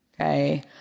Okay